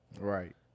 Right